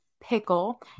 pickle